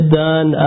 done